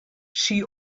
she